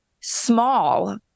small